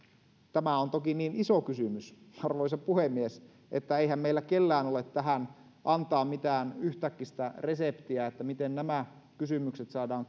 tämä on toki niin iso kysymys arvoisa puhemies että eihän meillä kellään ole antaa mitään yhtäkkistä reseptiä miten nämä kysymykset saadaan